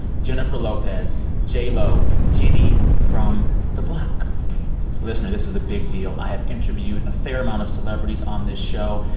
jennifer lopez, j lo, jenny from the block listen, this is a big deal. i have interviewed a fair amount of celebrities on this show,